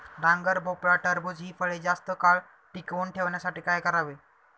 डांगर, भोपळा, टरबूज हि फळे जास्त काळ टिकवून ठेवण्यासाठी काय करावे?